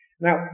Now